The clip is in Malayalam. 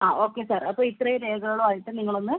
അ ഓക്കെ സാർ അപ്പോൾ ഇത്രയും രേഖകളുമായിട്ട് നിങ്ങളൊന്ന്